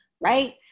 right